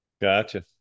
Gotcha